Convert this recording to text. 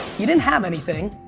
you didn't have anything,